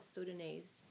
Sudanese